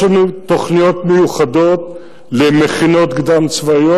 יש לנו תוכניות מיוחדות למכינות קדם-צבאיות.